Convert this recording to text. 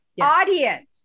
audience